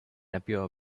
appear